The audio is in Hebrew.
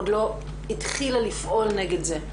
עוד לא התחילה לפעול נגד זה,